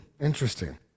Interesting